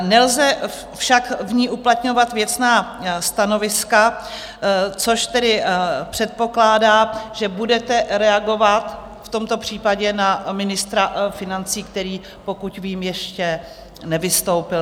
Nelze však v ní uplatňovat věcná stanoviska, což předpokládá, že budete reagovat v tomto případě na ministra financí, který pokud vím, ještě nevystoupil.